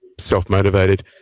self-motivated